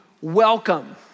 welcome